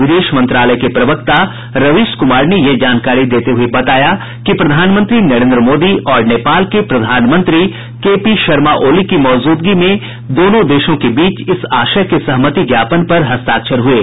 विदेश मंत्रालय के प्रवक्ता रवीश कुमार ने यह जानकारी देते हुये बताया कि प्रधानमंत्री नरेन्द्र मोदी और नेपाल के प्रधानमंत्री केपी शर्मा ओली की मौजूदगी में दोनों देशों के बीच इस आशय के सहमति ज्ञापन पर हस्ताक्षर हुये